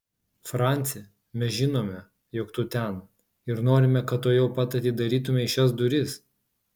franci mes žinome jog tu ten ir norime kad tuojau pat atidarytumei šias duris